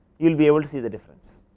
you will be able to see the difference.